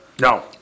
no